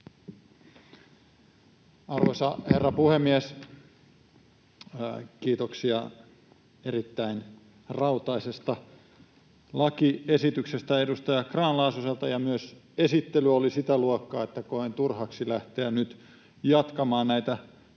Arvoisa herra puhemies! Kiitoksia erittäin rautaisesta lakiesityksestä edustaja Grahn-Laasoselle, ja myös esittely oli sitä luokkaa, että koen turhaksi lähteä nyt jatkamaan näitä